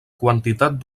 quantitat